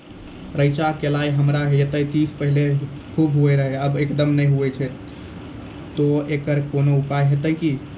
रेचा, कलाय हमरा येते तीस साल पहले खूब होय रहें, अब एकदम नैय होय छैय तऽ एकरऽ कोनो उपाय हेते कि?